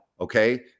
okay